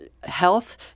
health